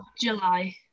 July